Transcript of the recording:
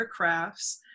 aircrafts